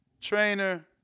trainer